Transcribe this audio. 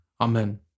Amen